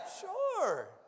Sure